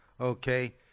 Okay